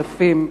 אלפים,